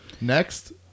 Next